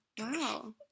Wow